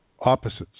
opposites